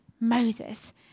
moses